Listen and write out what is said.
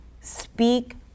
speak